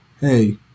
hey